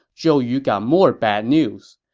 zhou yu got more bad news.